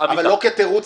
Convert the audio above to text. אשמח אם תוכל